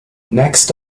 next